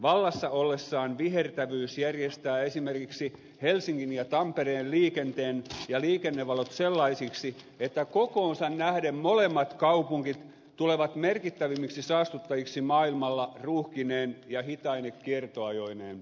vallassa ollessaan vihertävyys järjestää esimerkiksi helsingin ja tampereen liikenteen ja liikennevalot sellaisiksi että kokoonsa nähden molemmat kaupungit tulevat merkittävimmiksi saastuttajiksi maailmalla ruuhkineen ja hitaine kiertoajoineen